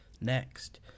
Next